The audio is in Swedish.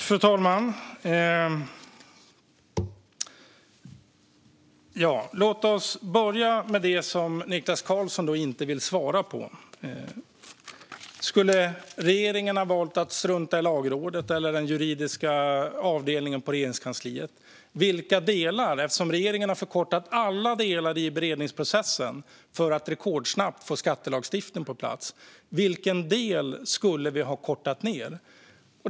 Fru talman! Låt oss börja med det som Niklas Karlsson inte vill svara på. Skulle regeringen ha valt att strunta i Lagrådet eller den juridiska avdelningen på Regeringskansliet? Regeringen har förkortat alla delar i beredningsprocessen för att rekordsnabbt få skattelagstiftning på plats. Vilken del skulle vi ha kortat ned?